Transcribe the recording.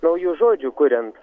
naujų žodžių kuriant